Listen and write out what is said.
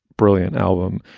brilliant album.